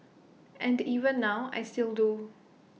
and even now I still do